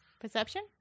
Perception